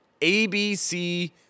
ABC